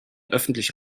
öffentlich